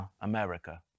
America